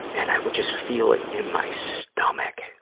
and i would just feel it in my stomach,